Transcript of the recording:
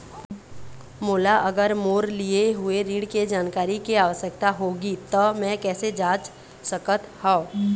मोला अगर मोर लिए हुए ऋण के जानकारी के आवश्यकता होगी त मैं कैसे जांच सकत हव?